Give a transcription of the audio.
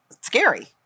scary